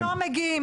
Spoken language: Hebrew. לא מגיעים.